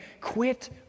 quit